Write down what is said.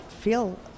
feel